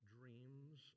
dreams